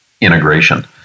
integration